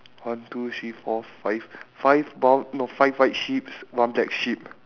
one two three four five five brown no five white sheeps one black sheep